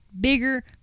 bigger